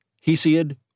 Hesiod